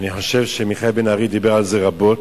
אני חושב שמיכאל בן-ארי דיבר על זה רבות,